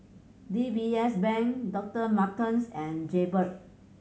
D B S Bank Doctor Martens and Jaybird